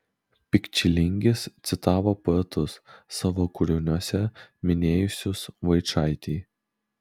pikčilingis citavo poetus savo kūriniuose minėjusius vaičaitį